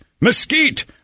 mesquite